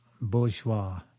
bourgeois